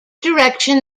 direction